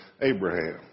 Abraham